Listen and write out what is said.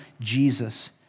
Jesus